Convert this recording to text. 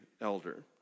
elder